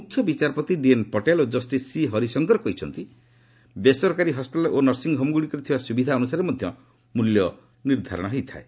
ମୁଖ୍ୟ ବିଚାରପତି ଡିଏନ୍ ପଟେଲ ଓ କଷ୍ଟିସ୍ ସି ହରିଶଙ୍କର କହିଛନ୍ତି ବେସରକାରୀ ହସ୍କିଟାଲ୍ ଓ ନର୍ସିଂହୋମ୍ଗୁଡ଼ିକରେ ଥିବା ସୁବିଧା ଅନୁସାରେ ମଧ୍ୟ ମୁଲ୍ୟ ଦିଆଯାଇଥାଏ